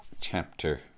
chapter